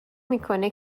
میکنه